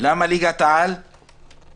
למה ליגת העל לבד?